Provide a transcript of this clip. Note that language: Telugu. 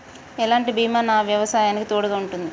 ఎలాంటి బీమా నా వ్యవసాయానికి తోడుగా ఉంటుంది?